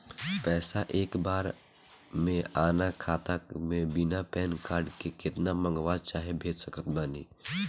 पैसा एक बार मे आना खाता मे बिना पैन कार्ड के केतना मँगवा चाहे भेज सकत बानी?